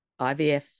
IVF